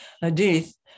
hadith